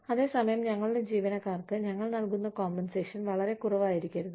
അതേ സമയം ഞങ്ങളുടെ ജീവനക്കാർക്ക് ഞങ്ങൾ നൽകുന്ന കോമ്പൻസേഷൻ വളരെ കുറവായിരിക്കരുത്